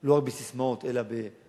לא רק בססמאות אלא במעשים.